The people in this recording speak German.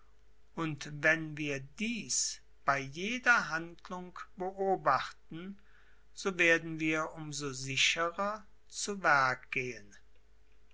und wenn wir dies bei jeder handlung beobachten so werden wir um so sicherer zu werk gehen